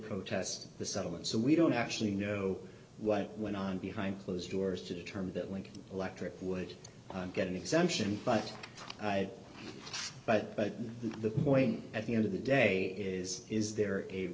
protest the settlement so we don't actually know what went on behind closed doors to determine that link electric would get an exemption but i but the point at the end of the day is is there a